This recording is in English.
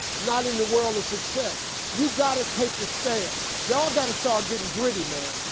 not in the world of success. you gotta take the stairs. y'all gotta start getting gritty, man.